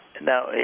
Now